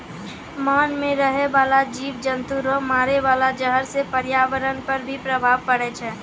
मान मे रहै बाला जिव जन्तु रो मारे वाला जहर से प्रर्यावरण पर भी प्रभाव पड़ै छै